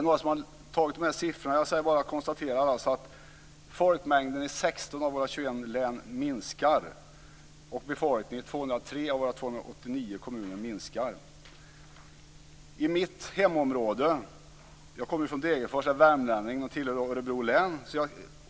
Jag konstaterar bara att folkmängden i 16 av våra 21 län minskar, och befolkningen i 203 av våra 289 kommuner minskar också. Jag kommer från Degerfors, är värmlänning och tillhör Örebro län.